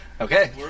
Okay